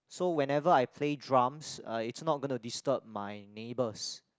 so whenever I play drums uh is not gonna to disturb my neighbours